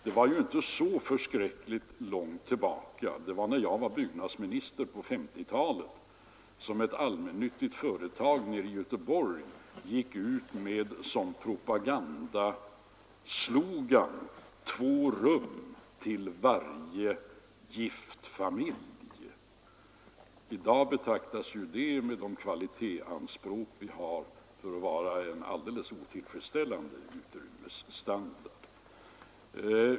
Det var inte så förskräckligt länge sedan — det var när jag var byggnadsminister på 1950-talet — som ett allmännyttigt företag i Göteborg hade som propagandaslogan: två rum till varje familj. I dag betraktas det, med de kvalitetsanspråk vi nu har, som en helt otillfredsställande utrymmesstandard.